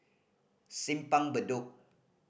Simpang Bedok